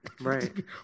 Right